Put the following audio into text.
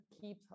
keep